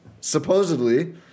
supposedly